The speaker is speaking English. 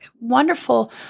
wonderful